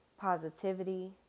positivity